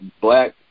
black